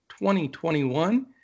2021